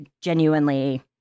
genuinely